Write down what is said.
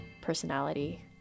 personality